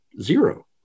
zero